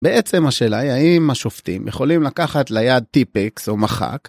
‫בעצם השאלה היא האם השופטים ‫יכולים לקחת ליד טיפקס או מחק?